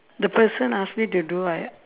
the person asked me to do I